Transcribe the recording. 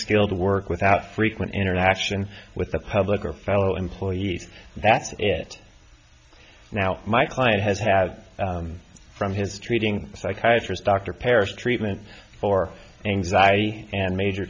unskilled work without frequent interactions with the public or fellow employees that it now my client has had from his treating psychiatry dr paris treatment for anxiety and major